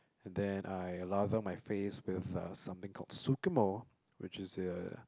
and then I lather my face with uh something called Sucremo which is uh